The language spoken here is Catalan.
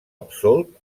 absolt